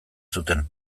zuten